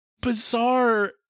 bizarre